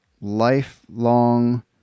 lifelong